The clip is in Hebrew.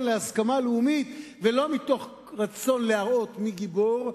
להסכמה לאומית ולא מתוך רצון להראות מי גיבור,